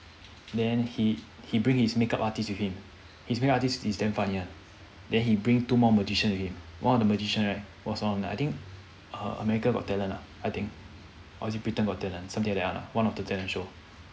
then he he bring his makeup artist with him his makeup artist is damn funny [one] then he bring two more magician with him one of the magician right was on I think err america got talent ah I think or is it britain got talent something like that [one] ah one of the talent show